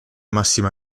massima